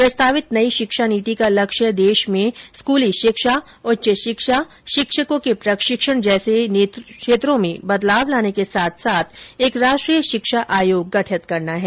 प्रस्तावित नई शिक्षा नीति का लक्ष्य देश में स्कूली शिक्षा उच्च शिक्षा शिक्षकों के प्रशिक्षण जैसे क्षेत्रों में बदलाव लाने के साथ साथ एक राष्ट्रीय शिक्षा आयोग गठित करना है